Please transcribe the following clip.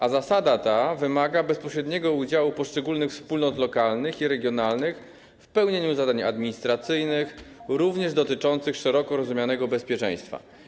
A zasada ta wymaga bezpośredniego udziału poszczególnych wspólnot lokalnych i regionalnych w pełnieniu zadań administracyjnych, również dotyczących szeroko rozumianego bezpieczeństwa.